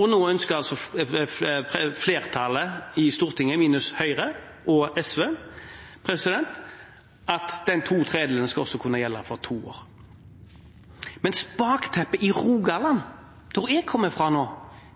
Nå ønsker flertallet i Stortinget – minus Høyre og SV – at disse to tredelene skal kunne gjelde for to år, mens bakteppet i Rogaland, der jeg kommer fra nå,